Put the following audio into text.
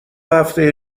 هفته